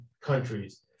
countries